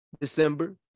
December